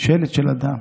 שלד של אדם.